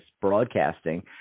broadcasting